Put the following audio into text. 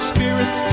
Spirit